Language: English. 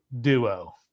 duo